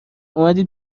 اومدی